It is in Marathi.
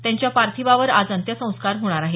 त्यांच्या पार्थिवावर आज अंत्यसंस्कार होणार आहेत